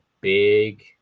big